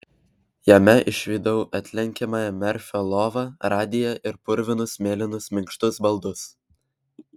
jame išvydau atlenkiamąją merfio lovą radiją ir purvinus mėlynus minkštus baldus